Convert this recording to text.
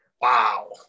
Wow